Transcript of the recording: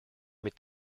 mit